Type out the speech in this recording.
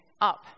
up